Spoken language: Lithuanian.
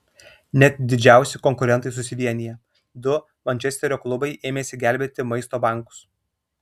net didžiausi konkurentai susivienija du mančesterio klubai ėmėsi gelbėti maisto bankus